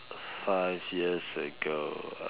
five years ago